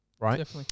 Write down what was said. right